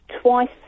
twice